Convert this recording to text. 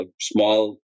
small